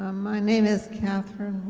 ah my name is katherine.